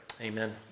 amen